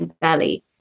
belly